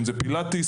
פילאטיס